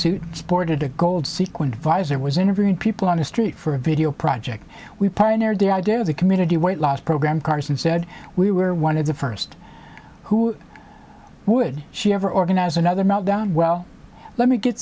tracksuit sported a gold sequined visor was interviewing people on the street for a video project we pioneered the idea of the community weight loss program carson said we were one of the first who would she ever organize another meltdown well let me get